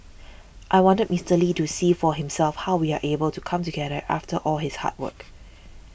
I wanted Mister Lee to see for himself how we are able to come together after all his hard work